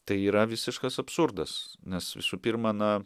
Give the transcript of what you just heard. tai yra visiškas absurdas nes visų pirma na